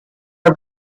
are